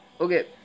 okay